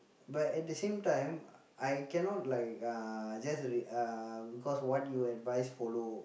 but at the same time I cannot like uh just re~ uh cause what your advice follow